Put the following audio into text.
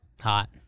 Hot